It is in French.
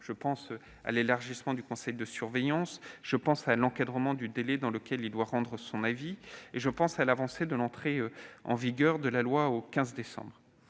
Je pense à l'élargissement du conseil de surveillance, à l'encadrement du délai dans lequel il doit rendre son avis et à l'avancée de l'entrée en vigueur de la loi au 15 décembre